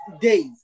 Days